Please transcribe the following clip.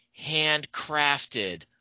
handcrafted